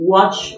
Watch